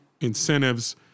incentives